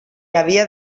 havia